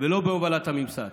ולא בהובלת הממסד,